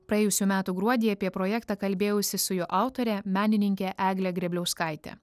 praėjusių metų gruodį apie projektą kalbėjausi su jo autore menininke egle grėbliauskaite